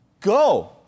Go